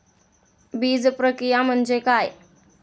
बीजप्रक्रिया म्हणजे काय?